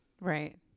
Right